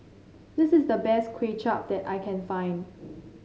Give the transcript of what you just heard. this is the best Kway Chap that I can find